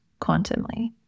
quantumly